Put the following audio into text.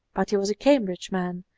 but he was a cambridge man,